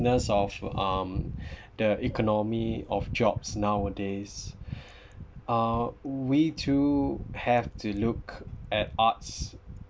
of um the economy of jobs nowadays uh we too have to look at arts